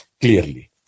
clearly